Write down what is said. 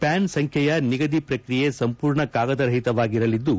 plan ಸಂಚ್ಲೆಯ ನಿಗದಿ ಪ್ರಕ್ರಿಯೆ ಸಂಪೂರ್ಣ ಕಾಗದ ರಹಿತವಾಗಿರಲಿದ್ದು